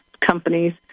companies